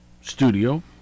studio